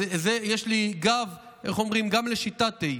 יש לי גב, איך אומרים, גם לשיטתי.